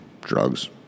drugs